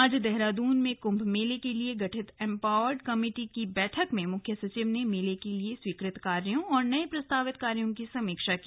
आज देहरादून में कुम्भ मेले के लिए गठित एम्पावर्ड कमिटी की बैठक में मुख्य सचिव ने मेले के लिए स्वीकृत कार्यां और नए प्रस्तावित कार्यो की समीक्षा की